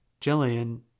Jillian